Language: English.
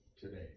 today